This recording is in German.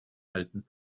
alten